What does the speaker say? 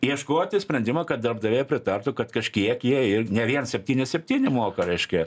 ieškoti sprendimą kad darbdaviai pritartų kad kažkiek jie ir ne vien septyni septyni moka reiškia